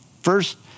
first